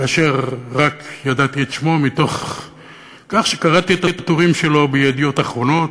כאשר רק ידעתי את שמו מתוך כך שקראתי את הטורים שלו ב"ידיעות אחרונות".